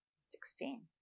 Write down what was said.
Sixteen